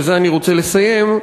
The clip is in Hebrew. בזה אני רוצה לסיים,